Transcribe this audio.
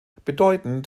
bedeutend